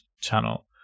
channel